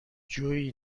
جویی